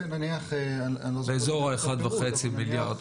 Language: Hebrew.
באזור ה-1.5 מיליארד,